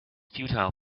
futile